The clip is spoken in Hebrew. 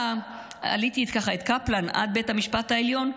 עליתי את קפלן עד בית המשפט העליון.